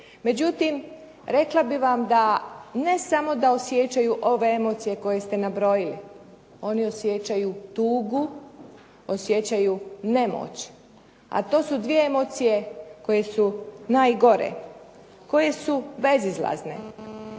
Međutim, rekla bih vam da ne samo da osjećaju ove emocije koje ste nabrojili, oni osjećaju tugu, osjećaju nemoć a to su dvije emocije koje su najgore, koje su bezizlazne.